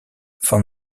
von